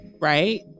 right